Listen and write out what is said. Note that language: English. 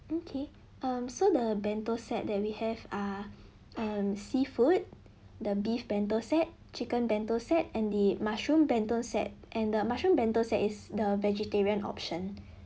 okay um so the bento set that we have are um seafood the beef bento set chicken bento set and the mushroom bento set and the mushroom bento set is the vegetarian option